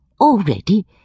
Already